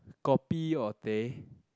kopi or teh